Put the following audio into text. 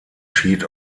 schied